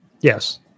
yes